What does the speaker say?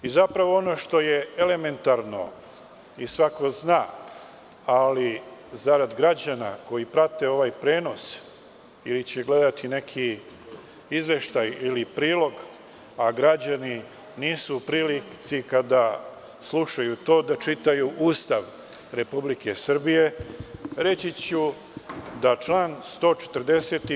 Ono što je elementarno i svako zna, ali zarad građana koji prate ovaj prenos ili će gledati neki izveštaj ili prilog, a građani nisu u prilici kada slušaju to da čitaju Ustav Republike Srbije, reći ću da član 140.